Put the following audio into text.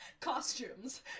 Costumes